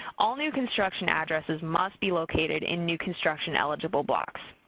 all new construction addresses must be located in new construction eligible blocks.